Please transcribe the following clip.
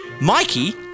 Mikey